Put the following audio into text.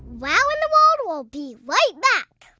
wow in the world will be right back.